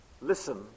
Listen